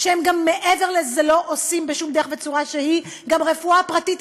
שהם מעבר לזה לא עושים בשום דרך וצורה שהיא גם רפואה פרטית,